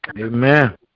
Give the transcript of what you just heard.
Amen